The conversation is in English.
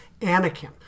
Anakin